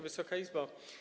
Wysoka Izbo!